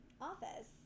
office